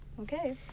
Okay